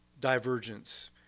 divergence